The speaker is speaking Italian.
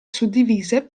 suddivise